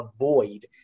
avoid